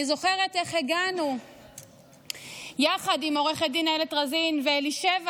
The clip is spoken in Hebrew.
אני זוכרת איך הגענו יחד עם עו"ד איילת רזין ואלישבע,